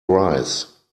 rise